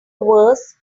worse